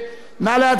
נא להצביע.